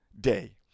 day